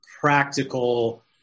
practical